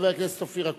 חבר הכנסת אופיר אקוניס,